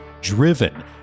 driven